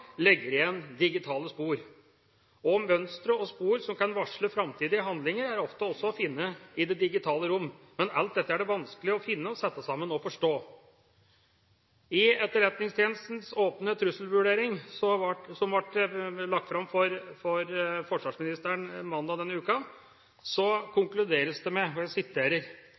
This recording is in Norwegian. legger igjen digitale spor. Mønstre og spor som kan varsle framtidige handlinger, er ofte å finne også i det digitale rom, men alt dette er vanskelig å finne, sette sammen og forstå. I Etterretningstjenestens åpne trusselvurdering som ble lagt fram av forsvarsministeren mandag denne uke, konkluderes det med: «I fredstid er den mest omfattende trusselen mot norske interesser tyveri av kommersielle data og